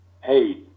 hey